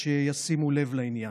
ושישימו לב לעניין.